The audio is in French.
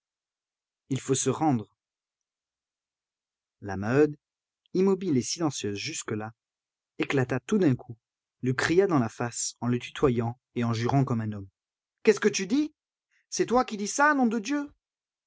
il faut se rendre la maheude immobile et silencieuse jusque-là éclata tout d'un coup lui cria dans la face en le tutoyant et en jurant comme un homme qu'est-ce que tu dis c'est toi qui dis ça nom de dieu